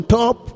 top